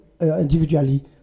individually